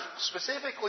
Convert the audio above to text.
specifically